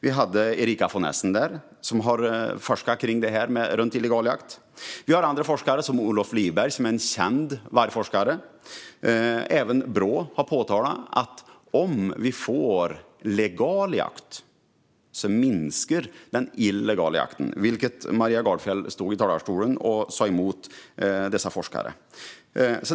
Erica von Essen, som har forskat om illegal jakt, var där. Vi har andra forskare, till exempel Olof Liberg, som är en känd vargforskare. Även Brå har påpekat att om vi får legal jakt minskar den illegala jakten. Men Maria Gardfjell stod i talarstolen och sa emot dessa forskare.